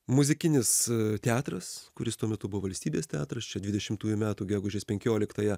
muzikinis teatras kuris tuo metu buvo valstybės teatras čia dvidešimtųjų metų gegužės penkioliktąją